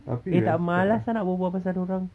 eh tak malas ah nak berbual pasal dia orang